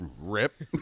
rip